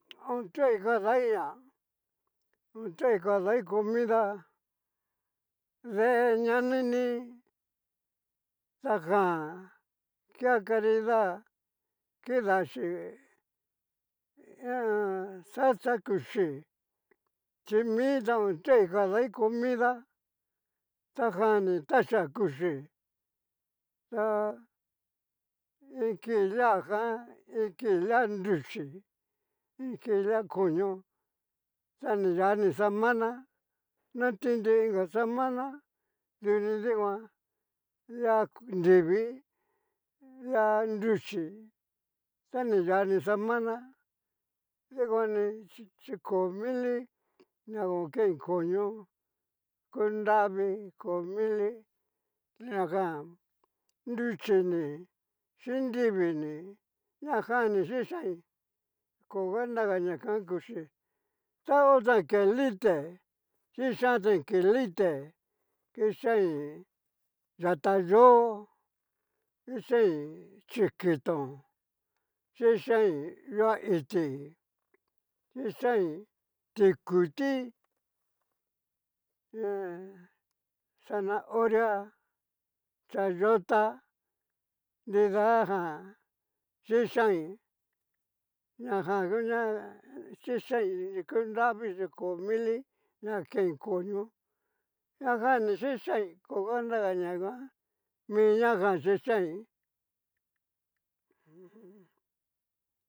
Ho tuai kadaiña otuai kadai comida, dee ñanini tajan kea caridad kidachí, ha a an salsa kuchí chi mi ta otuai kadai comida tajan ni taxia kuxí, ta iin kii lia jan iin ki lia nruchí, iin kii lia koño ta ni xani samana, na tintui inka semana duni dikuan, lia nrivii, lia nruchí, ta ni yani semana, dikuani chí ko mili na konkei koño, ku nravi ko mili najan nruchini xin nrivii ni ñajan ni yixain koña naga ña jan kuchí ta ho tan kelite yixantain kelite, kixaiin yata yó, ixaiin chiki tón, yixain lia iti, yixain tikuti he zanahoria, chayota, nridajan xixain ñajan ngu ña xixain ku nravi chí ko mili ña kein koño ñajan ni xixain koga nragaña nguan miña jan xixain u jun.